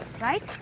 right